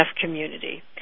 community